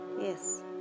Yes